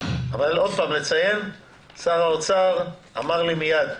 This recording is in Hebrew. אני מציין שוב, שר האומר אמר לי מייד: